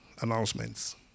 announcements